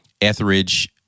Etheridge